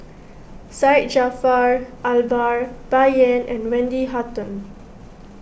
Syed Jaafar Albar Bai Yan and Wendy Hutton